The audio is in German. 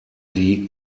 die